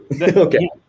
Okay